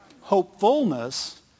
Hopefulness